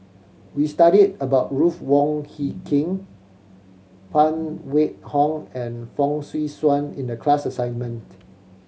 we studied about Ruth Wong Hie King Phan Wait Hong and Fong Swee Suan in the class assignment